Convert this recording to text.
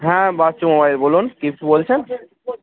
হ্যাঁ বাচ্চু মোবাইল বলুন কিছু বলছেন